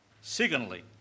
Secondly